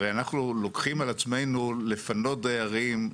הרי אנחנו לוקחים על עצמנו לפנות דיירים,